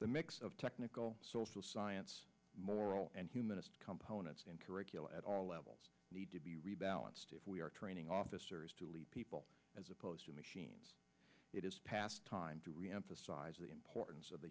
the mix of technical social science moral and humanist components and curriculum at all levels need to be rebalanced if we are training officers to lead people as opposed to machines it is past time to reemphasize the importance of the